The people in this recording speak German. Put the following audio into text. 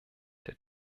der